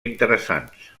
interessants